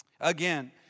Again